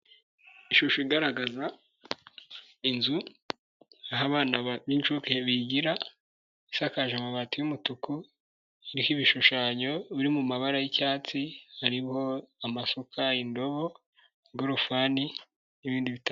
Ishusho igaragaza inzu aho abana b'inshuke bigira ishakaje amabati y'umutuku, iriho ibishushanyo biri mu mabara yi'icyatsi hariho amasuka, indobo, ingorofani n'biindi bitandukanye.